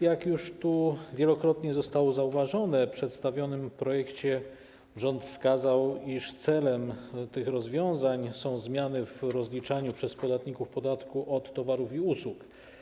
Jak już tu wielokrotnie zostało zauważone, w przedstawionym projekcie rząd wskazał, iż celem tych rozwiązań są zmiany w rozliczaniu przez podatników podatku od towarów i usług.